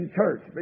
church